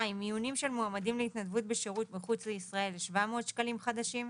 מיונים של מועמדים להתנדבות בשירות מחוץ לישראל - 700 שקלים חדשים.